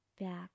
back